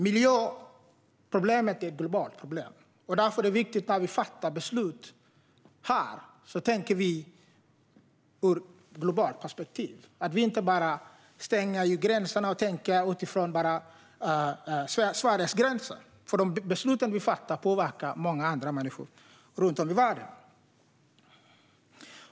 Miljöproblemet är globalt, och därför är det viktigt att vi när vi fattar beslut här tänker i ett globalt perspektiv. Vi kan inte bara tänka utifrån Sveriges gränser, för de beslut vi fattar påverkar många andra människor runt om i världen.